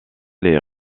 les